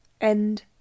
End